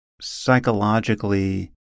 psychologically